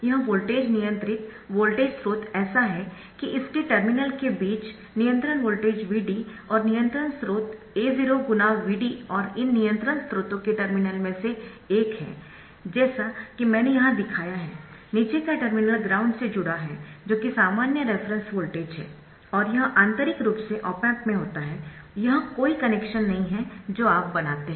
यह वोल्टेज नियंत्रित वोल्टेज स्रोत ऐसा है कि इसके टर्मिनल के बीच नियंत्रण वोल्टेज Vd और नियंत्रण स्रोत A0 गुना Vd और इन नियंत्रण स्रोतों के टर्मिनल में से एक है जैसा कि मैंने यहां दिखाया है नीचे का टर्मिनल ग्राउंड से जुड़ा है जो कि सामान्य रेफरेन्सवोल्टेज है और यह आंतरिक रूप से ऑप एम्प में होता है यह कोई कनेक्शन नहीं है जो आप बनाते है